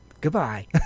Goodbye